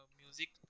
music